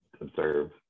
observe